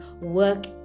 work